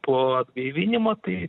po atgaivinimo tai